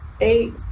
eight